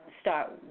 start